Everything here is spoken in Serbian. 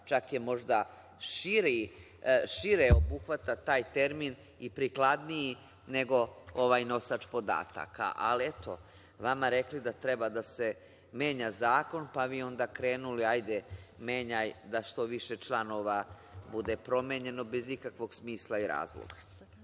čak možda šire obuhvata taj termin i prikladniji je nego ovaj nosač podataka. Ali, eto, vama rekli da treba da se menja zakon, pa vi onda krenuli, hajde menjaj da što više članova bude promenjeno, bez ikakvog smisla i razloga.